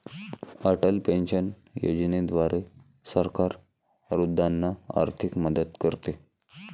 Atal pension योजनेद्वारे सरकार वृद्धांना आर्थिक मदत करते